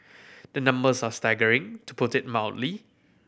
the numbers are staggering to put it mildly